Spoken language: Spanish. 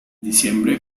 diciembre